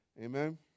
Amen